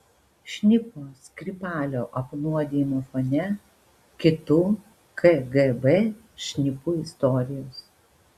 šnipo skripalio apnuodijimo fone kitų kgb šnipų istorijos